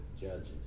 judges